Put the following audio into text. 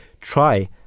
try